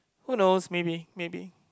who knows maybe maybe